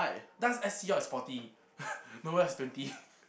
dust S_C_R is forty Nova is twenty